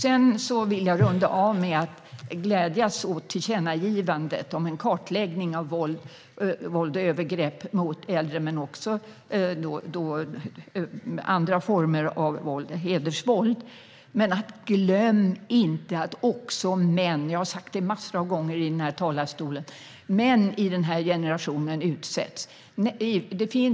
Jag vill runda av med att glädjas åt tillkännagivandet om en kartläggning av våld och övergrepp mot äldre, andra former av våld och hedersvåld. Jag har många gånger sagt i talarstolen att vi inte ska glömma att också män i denna generation utsätts för våld.